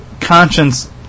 conscience